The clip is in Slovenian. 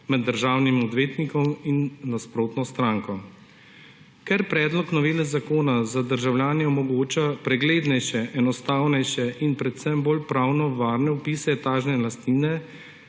med državnim odvetnikom in nasprotno stranko. Ker predlog novele zakona za državljane omogoča preglednejše, enostavnejše in predvsem bolj pravno varne vpise etažne lastnine